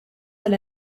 tal